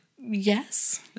Yes